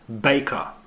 Baker